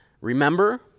Remember